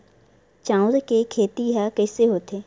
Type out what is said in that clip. चांउर के खेती ह कइसे होथे?